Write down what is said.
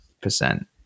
percent